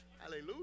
hallelujah